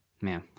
Man